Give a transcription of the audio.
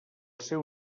seu